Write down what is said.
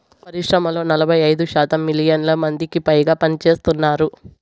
పరిశ్రమల్లో నలభై ఐదు శాతం మిలియన్ల మందికిపైగా పనిచేస్తున్నారు